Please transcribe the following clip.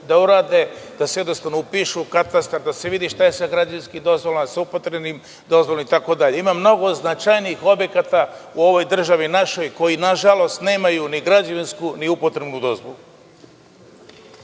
da urade, da se jednostavno upišu u Katastar, da se vidi šta je sa građevinskim dozvolama, sa upotrebnim dozvolama itd. Ima mnogo značajnijih objekata u ovoj državi našoj koji, nažalost, nemaju ni građevinsku, ni upotrebnu dozvolu.